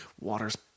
water's